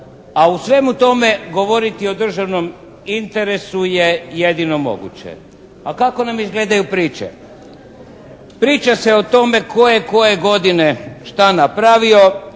a o svemu tome govoriti o državnom interesu je jedino moguće. A kako nam izgledaju priče? Priča se o tome tko je koje godine šta napravio,